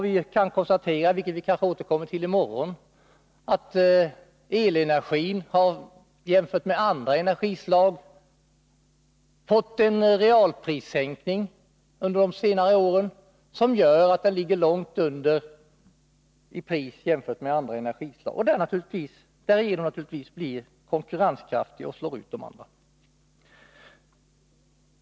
Vi kan konstatera — vilket vi kanske återkommer till i morgon — att elenergin har fått en realprissänkning under de senare åren, som gör att den ligger långt under i pris jämfört med andra energislag och därigenom naturligtvis blir konkurrenskraftig och slår ut de andra.